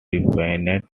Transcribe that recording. definite